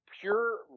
pure